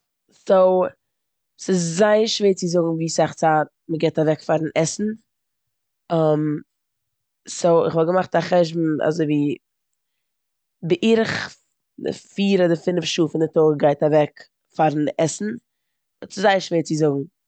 סאו ס'איז זייער שווער צו זאגן ווי סאך צייט מ'גיבט אוועק פאר עסן. סאו, כ'וואלט געמאכט א חשבון אזויווי בערך פ- פיר אדער פינף שעה גייט אוועק פארן עסן באט ס'איז זייער שווער צו זאגן.